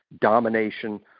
domination